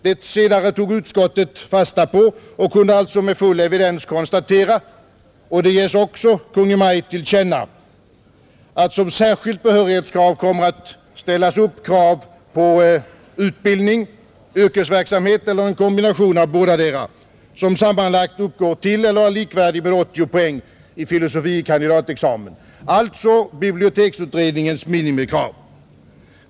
Det senare tog utskottet fasta på och kunde alltså med full evidens konstatera — vilket också ges Kungl. Maj:t till känna — att som särskilt behörighetskrav kommer att ställas upp utbildning, yrkesverksamhet eller en kombination av bådadera som sammanlagt uppgår till eller är likvärdig med 80 poäng i filosofie kandidatexamen, alltså biblioteksutredningens minimikrav.